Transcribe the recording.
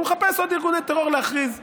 הוא מחפש עוד ארגוני טרור להכריז עליהם.